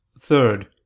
third